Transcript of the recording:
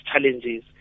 challenges